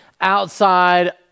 outside